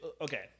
okay